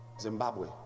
Zimbabwe